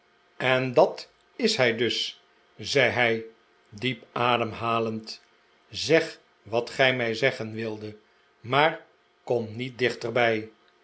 en dat is hij dus zei hij diep ademhalend r zeg wat gij mij zeggen wildet maar kom niet dichterbij